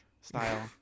style